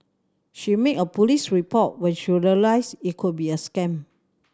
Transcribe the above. she made a police report when she realised it could be a scam